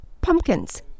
pumpkins